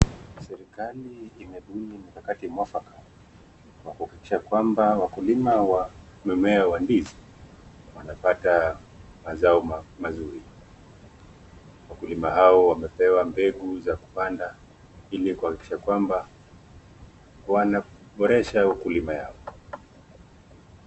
Serikali imebuni mikakati mwafaka wa kuhakikisha wakulima wa mimea wa ndizi, wanapata mazao mazuri. Wakulima hao wepewa mbegu za kupanda ili kuhakikisha kwamba wanaboresha ukulima yao.